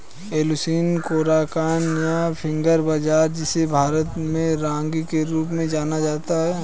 Eleusine coracana, या finger बाजरा, जिसे भारत में रागी के रूप में जाना जाता है